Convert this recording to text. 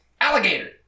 alligator